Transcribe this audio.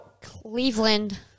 Cleveland